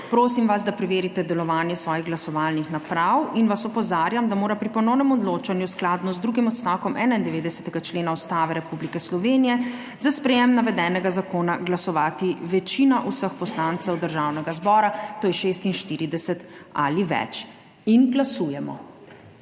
Prosim vas, da preverite delovanje svojih glasovalnih naprav. Opozarjam vas, da mora pri ponovnem odločanju v skladu z drugim odstavkom 91. člena Ustave Republike Slovenije za sprejetje navedenega zakona glasovati večina vseh poslancev Državnega zbora, to je 46 ali več. Glasujemo.